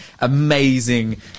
Amazing